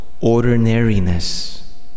ordinariness